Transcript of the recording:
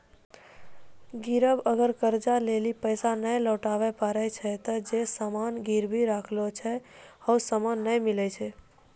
गिरब अगर कर्जा लेलो पैसा नै लौटाबै पारै छै ते जे सामान गिरबी राखलो छै हौ सामन नै मिलै छै